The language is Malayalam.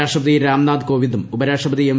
രാഷ്ട്രപതി രാം നാഥ് കോവിന്ദും ഉപരാഷ്ട്രപതി എം